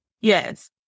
Yes